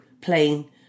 playing